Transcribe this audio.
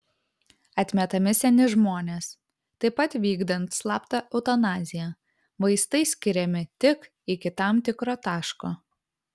atmetami seni žmonės taip pat vykdant slaptą eutanaziją vaistai skiriami tik iki tam tikro taško